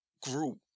group